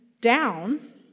down